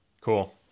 Cool